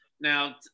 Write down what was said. Now